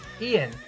Ian